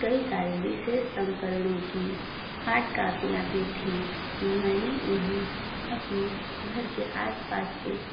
कई सारे विशेष संस्करणों की हार्ड कापियाँ भी थी मैंने इन्हें अपने घर के आस पास के